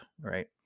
right